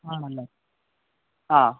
ആണല്ലേ ആ